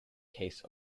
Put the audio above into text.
case